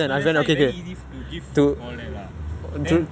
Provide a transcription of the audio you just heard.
so that's why very easy to give food all that lah